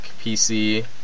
PC